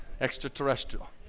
Extraterrestrial